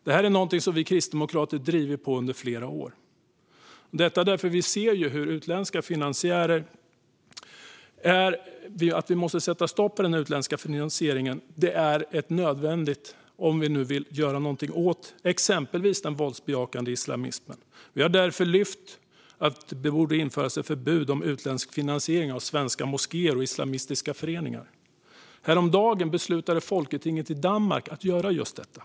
Detta är någonting som vi kristdemokrater har drivit under flera år, för vi ser att vi måste sätta stopp för den utländska finansieringen. Det är nödvändigt om vi nu vill göra någonting åt exempelvis den våldsbejakande islamismen. Vi har därför lyft frågan om att det borde införas ett förbud mot utländsk finansiering av svenska moskéer och islamistiska föreningar. Häromdagen beslutade Folketinget i Danmark att göra just detta.